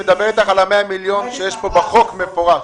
אני מדבר איתך על 100 המיליון שיש פה בחוק במפורש.